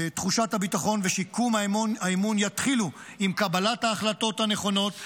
תחושת הביטחון ושיקום האמון יתחילו עם קבלת ההחלטות הנכונות.